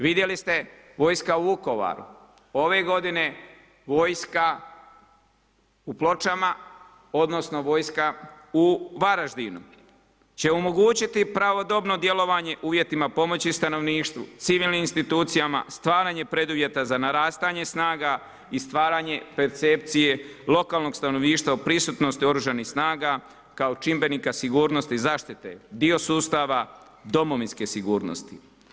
Vidjeli ste vojska u Vukovaru, ove g. vojska u Pločama, odnosno, vojska u Varaždinu, će omogućiti pravodobno djelovanje uvjetima pomoći stanovništvu, civilnim institucijama, stvaranje preduvjeta za narastanje snaga i stvaranje percepcije lokalnog stanovništva u prisutnosti oružanih snaga kao čimbenika sigurnosti i zaštite i o sustava domovinske sigurnosti.